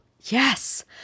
Yes